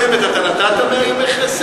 לממשלה הקודמת אתה נתת 100 ימי חסד?